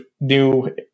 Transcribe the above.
new